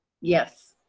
yes.